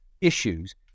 issues